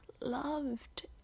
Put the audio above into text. loved